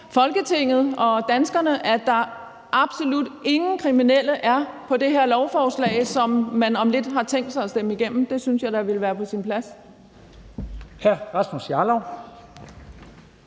Folketinget og danskerne, at der absolut ingen kriminelle er på det her lovforslag, som man om lidt har tænkt sig at stemme igennem. Det synes jeg da ville være på sin plads.